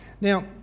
Now